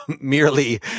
merely